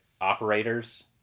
operators